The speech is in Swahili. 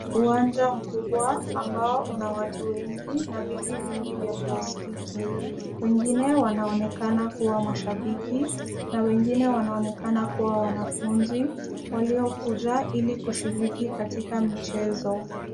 Uwanja mkubwa ambao una watu wengi na viti vingi vya plastiki. Wengine wanaonekana kuwa mashabiki na wengine wanaonekana kuwa wanafunzi, waliokuja ili kushiriki katika michezo.